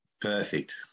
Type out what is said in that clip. Perfect